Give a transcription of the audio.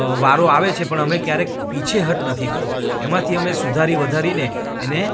વારો આવે છે પણ અમે ક્યારેક પીછેહટ નથી કરવું એમાંથી અમે સુધારી વધારીને એને